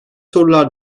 sorular